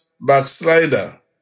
backslider